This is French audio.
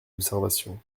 observations